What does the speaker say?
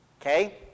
Okay